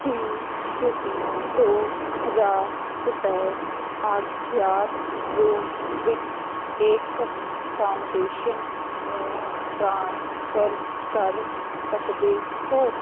ਕੀ ਤੁਸੀਂਂ ਦੋ ਹਜ਼ਾਰ ਰੁਪਏ ਅਗਿਆਤ ਰੂਪ ਵਿੱਚ ਏਕਮ ਫਾਊਂਡੇਸ਼ਨ ਨੂੰ ਟ੍ਰਾਂਸਫਰ ਕਰ ਸਕਦੇ ਹੋ